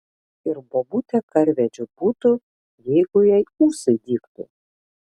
ir bobutė karvedžiu būtų jeigu jai ūsai dygtų